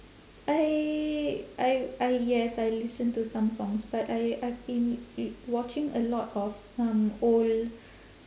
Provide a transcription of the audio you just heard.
I I I yes I listen to some songs but I I've been w~ watching a lot of um old